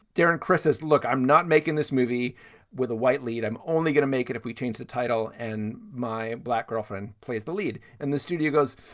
darren kris's, look, i'm not making this movie with a white lead. i'm only going to make it if we change the title. and my black girlfriend plays the lead and the studio goes.